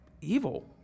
evil